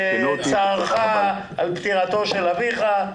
השתתפותה בצערך, על פטירתו של אביך.